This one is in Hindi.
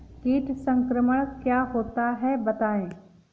कीट संक्रमण क्या होता है बताएँ?